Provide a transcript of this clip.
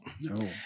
No